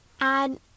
add